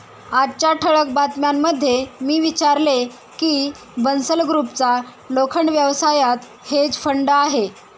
आजच्या ठळक बातम्यांमध्ये मी वाचले की बन्सल ग्रुपचा लोखंड व्यवसायात हेज फंड आहे